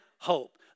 hope